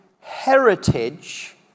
heritage